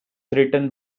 written